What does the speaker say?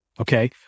okay